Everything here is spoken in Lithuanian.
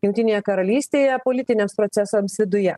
jungtinėje karalystėje politiniams procesams viduje